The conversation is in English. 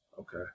okay